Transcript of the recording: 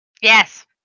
Yes